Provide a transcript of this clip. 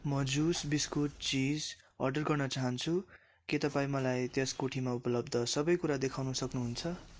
म juice biscuit cheese order गर्न चहान्छु के तपाईँ मलाई त्यस कोटीमा उपलब्ध सबै कुरा देखाउन सक्नुहुन्छ